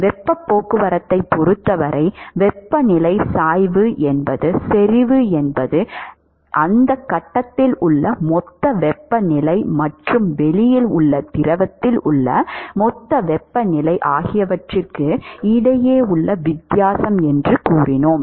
வெப்பப் போக்குவரத்தைப் பொறுத்தவரை வெப்பநிலை சாய்வு என்பது செறிவு என்பது அந்த கட்டத்தில் உள்ள மொத்த வெப்பநிலை மற்றும் வெளியில் உள்ள திரவத்தில் உள்ள மொத்த வெப்பநிலை ஆகியவற்றிற்கு இடையே உள்ள வித்தியாசம் என்று கூறினோம்